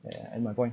I end my point